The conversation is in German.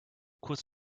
kurz